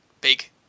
big